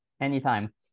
Anytime